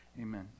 Amen